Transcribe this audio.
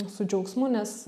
su džiaugsmu nes